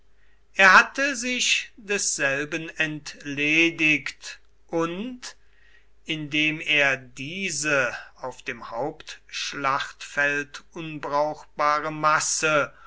er hatte sich desselben entledigt und indem er diese auf dem hauptschlachtfeld unbrauchbare masse